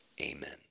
Amen